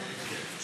כן.